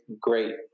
great